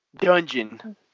dungeon